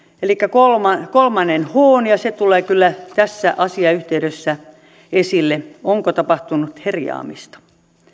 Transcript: elikkä kolmannen kolmannen hn ja se tulee kyllä tässä asiayhteydessä esille onko tapahtunut herjaamista